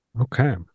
okay